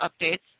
updates